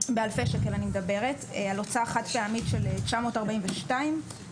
אני מדברת באלפי שקלים - על הוצאה חד פעמית של 942 אלף